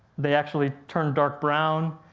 they actually turn dark brown,